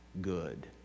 good